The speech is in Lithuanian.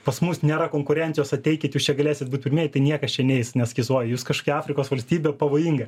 pas mus nėra konkurencijos ateikit jūs čia galėsit būti pirmieji tai niekas čia neis nes sakys oi jūs kažkokie afrikos valstybė pavojinga